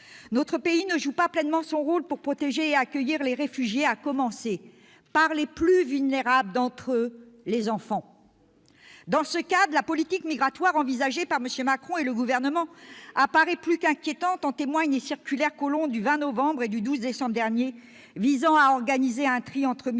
notre pays ne joue pas pleinement son rôle pour protéger et accueillir les réfugiés, à commencer par les plus vulnérables d'entre eux : les enfants. Dans ce cadre, la politique migratoire envisagée par M. Macron et le Gouvernement apparaît plus qu'inquiétante ; en témoignent les circulaires Collomb du 20 novembre et du 12 décembre derniers visant à organiser un tri entre migrants